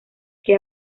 que